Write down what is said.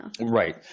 Right